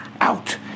Out